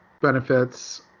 benefits